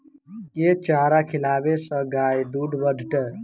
केँ चारा खिलाबै सँ गाय दुध बढ़तै?